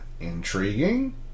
intriguing